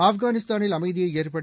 ஆப்கானிஸ்தானில் அமைதியை ஏற்படுத்த